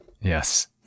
Yes